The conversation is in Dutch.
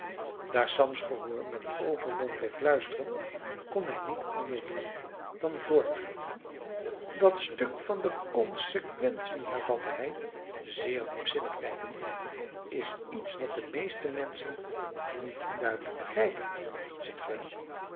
daar sams gehoor met open mond bleef luisteren kon hij niet anders doen dan voortgaan dat stuk van de consequentie hervatte hij zeer diepzinnig kijkende is iets wat de meeste menschen niet duidelijk begrijpen ziet ge wel